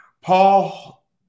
Paul